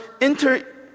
enter